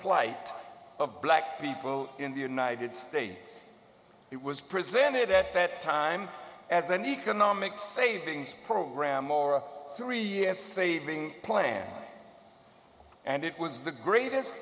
plight of black people in the united states it was presented at that time as an economic savings program or a three years saving plan and it was the greatest